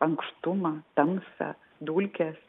ankštumą tamsą dulkes